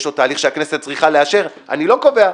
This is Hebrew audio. יש עוד תהליך שהכנסת צריכה לאשר - אני לא קובע.